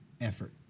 effort